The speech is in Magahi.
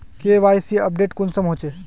के.वाई.सी अपडेट कुंसम होचे?